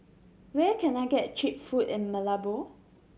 where can I get cheap food in Malabo